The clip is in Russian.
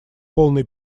полный